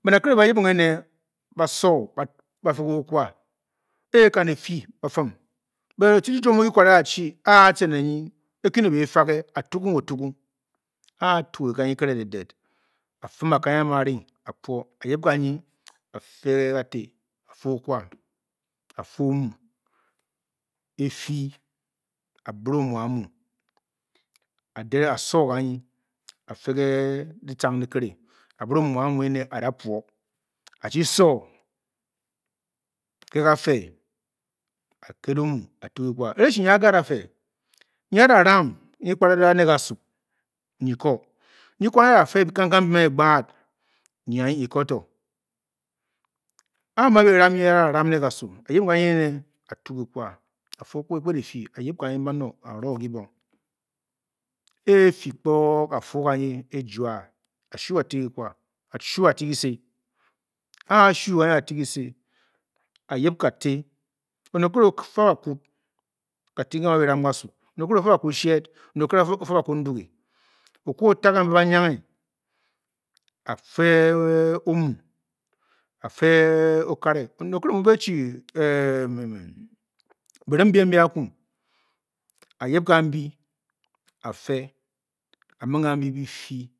Baned bakire ba a yibing ene ba-so ba-fe ki kwa, e e-kan e-fii bafim bot ochichi chiom mu okware a-chi, a a tce ne nyi, e-kwu ne běfage, a-tugung o-tugung. a a-tuge kanyi kerededed. A-fim aka nyi a-muu a-ring a-piio a-yib gangi a-fe ge kate a-fe okwa, a-fe ge kate a-fe okwa, a-fe omu e-fii, a-bire omu amu, a-dire a-so ganyi a-fe ke ditcang di kirè a-bire omu amuu ene a-da puo- achi so ke ga-fe, a-ked omu a-tuu kikwa Ereshi nyi agad afe, nyi ba da ram nyi kparadada ga suu nyi ko, nyi kwan nyi ko, nyi kwan nyi a-da fe kangkang biem eyen abaad nyi anyi nyi ko to. A a-mu e be ram nyi da ram ne kasuu, a-yibing ganyi ene a-tuu kikwa, a-fe okwa e-kped èffiǐ, a-yib kanyin bano a-ro ganyi kibong, E e-fii kpog a-fuo ganyi e e-jua a-shuu a-te ashuu a-te kise, A a-shuu ga nyi a-te kise, a-yib kate oned okìrè kasuu o-fa bakwud kat e ge a-muu be ram kasuu oned okire o-fa bakurud shed, oned o kìré o fa bakuned ndùgé, okwa o-ta kambe ba-nyianghe a-fe omu, a-fe okare oned okìrè mu o-be chi bi rim biem mbi akwu a-yib gambi a-fe amig gambi bi-fii